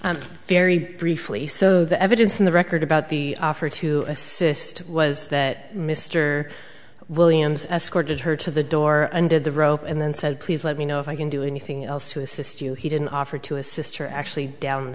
minute very briefly so the evidence in the record about the offer to assist was that mr williams escorted her to the door undid the rope and then said please let me know if i can do anything else to assist you he didn't offer to assist her actually down